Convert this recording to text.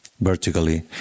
vertically